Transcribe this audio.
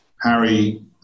Harry